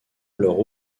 alors